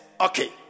Okay